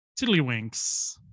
Tiddlywinks